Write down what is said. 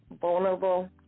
vulnerable